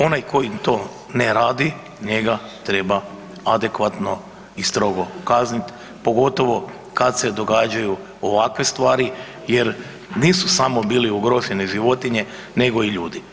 Onaj koji to ne radi, njega treba adekvatno i strogo kaznit, pogotovo kad se događaju ovakve stvari jer nisu samo bile ugrožene životinje nego i ljudi.